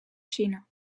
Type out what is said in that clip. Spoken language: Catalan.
xina